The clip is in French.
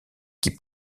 qui